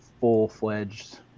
full-fledged